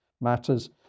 matters